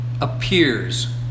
appears